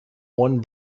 one